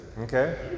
okay